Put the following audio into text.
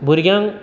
भुरग्यांक